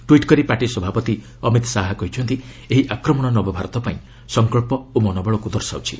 tweet କରି party ସଭାପତି ଅମିତ ଶାହା କହିଛନ୍ତି ଏହି ଆକ୍ରମଣ ନବଭାରତ ପାଇଁ ସଂକଳ୍ପ ଓ ମନୋବଳକୁ ଦର୍ଶାଉଛି